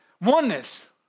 oneness